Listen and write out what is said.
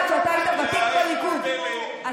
כל אלה שזחלת אליהם, תודה.